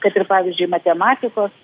kad ir pavyzdžiui matematikos